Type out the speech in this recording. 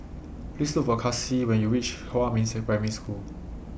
Please Look For Kasie when YOU REACH Huamin's Primary School